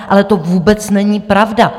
Ale to vůbec není pravda.